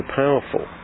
powerful